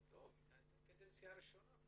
זו הקדנציה הראשונה.